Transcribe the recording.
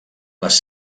les